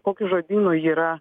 kokiu žodynu yra